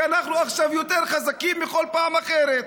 כי אנחנו עכשיו יותר חזקים מבכל פעם אחרת,